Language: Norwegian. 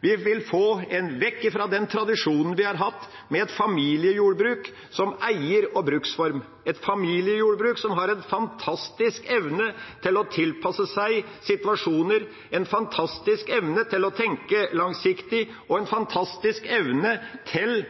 vil få en vekk fra den tradisjonen vi har hatt med familiejordbruk som eier- og bruksform, et familiejordbruk som har en fantastisk evne til å tilpasse seg situasjoner, en fantastisk evne til å tenke langsiktig og en fantastisk evne til